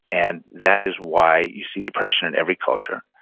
and that is why you see depression in every culture,